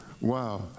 Wow